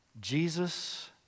Jesus